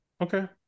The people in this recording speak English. okay